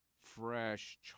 fresh